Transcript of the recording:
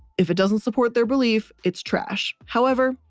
if it doesn't support their belief, it's trash. however,